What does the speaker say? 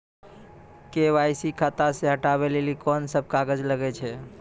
KYC खाता से हटाबै लेली कोंन सब कागज लगे छै?